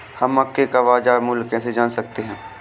हम मक्के का बाजार मूल्य कैसे जान सकते हैं?